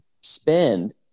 spend